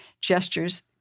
gestures